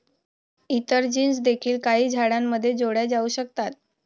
इतर जीन्स देखील काही झाडांमध्ये जोडल्या जाऊ शकतात